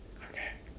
okay